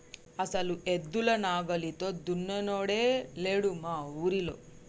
అసలు ఎద్దుల నాగలితో దున్నినోడే లేడు మా ఊరిలో